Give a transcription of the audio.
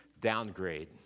downgrade